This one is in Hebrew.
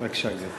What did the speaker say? בבקשה, גברתי.